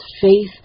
faith